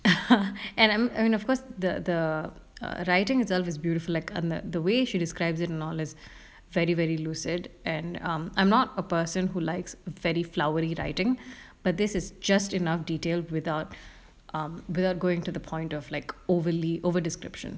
and I'm I mean of course the the err writing itself is beautiful like err the way she describes it not as very very lucid and I'm I'm not a person who likes very flowery writing but this is just enough detail without err without going to the point of like overly over description